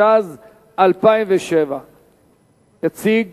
9), התשס"ז 2007. יציג